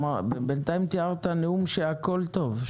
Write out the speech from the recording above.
בינתיים תיארת בנאום שהכול טוב,